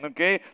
Okay